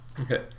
Okay